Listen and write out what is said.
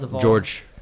George